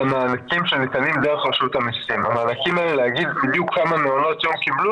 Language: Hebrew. המענק שניתן לגנים הפרטיים כלל תנאים מצטברים לקבלתו,